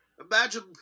Imagine